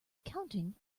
accounting